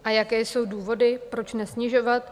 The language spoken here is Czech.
A jaké jsou důvody, proč nesnižovat?